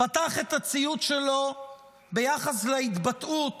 פתח את הציוץ שלו ביחס להתבטאות